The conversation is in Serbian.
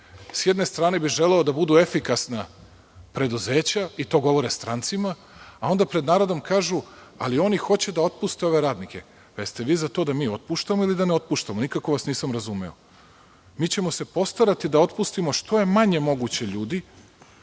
s jedne strane bi želeo da budu efikasna preduzeća i to govore strancima i onda pred narodom kažu – ali oni hoće da otpuste ove radnike. Jeste li za to da mi otpuštamo, ili da ne otpuštamo? Nikako vas nisam razumeo. Postaraćemo se da otpustimo što je manje moguće ljudi,